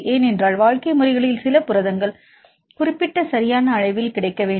ஏனென்றால் வாழ்க்கை முறைகளில் சில புரதங்கள் குறிப்பிட்ட சரியான அளவில் கிடைக்க வேண்டும்